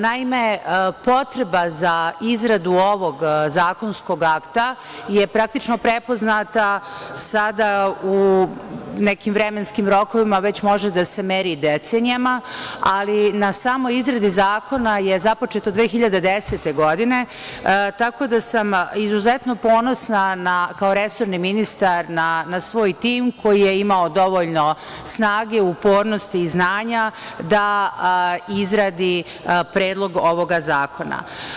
Naime, potreba za izradu ovog zakonskog akta je praktično prepoznata, sada u nekim vremenskim rokovima već može da se meri decenijama, ali na samoj izgradi zakona je započeto 2010. godine, tako da sam izuzetno ponosna, kao resorni ministar, na svoj tim koji je imao dovoljno snage, upornosti i znanja da izradi Predlog ovog zakona.